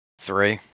Three